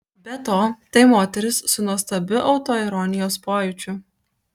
be to tai moteris su nuostabiu autoironijos pojūčiu